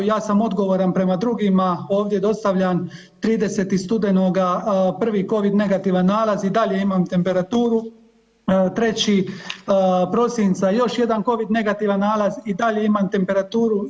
Ja sam odgovoran prema drugima, ovdje dostavljam 30. studenoga prvi covid negativan nalaz i dalje imam temperaturu, 3. prosinca još jedan covid negativan nalaz i dalje imam temperaturu.